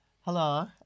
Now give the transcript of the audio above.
Hello